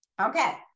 Okay